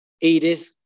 Edith